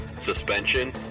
suspension